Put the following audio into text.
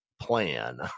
plan